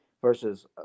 versus